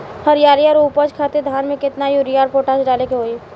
हरियाली और उपज खातिर धान में केतना यूरिया और पोटाश डाले के होई?